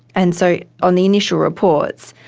and so on the initial reports,